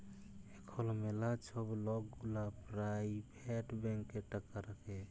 এখল ম্যালা ছব লক গুলা পারাইভেট ব্যাংকে টাকা রাখে